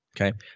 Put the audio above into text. okay